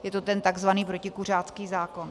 Je to ten takzvaný protikuřácký zákon.